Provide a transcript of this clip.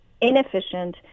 inefficient